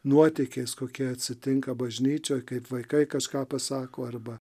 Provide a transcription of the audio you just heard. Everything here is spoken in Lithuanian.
nuotykiais kokie atsitinka bažnyčioj kaip vaikai kažką pasako arba